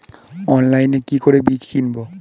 অনলাইনে কি করে বীজ কিনব?